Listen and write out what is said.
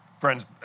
Friends